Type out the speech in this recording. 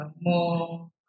more